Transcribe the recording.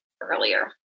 earlier